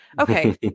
okay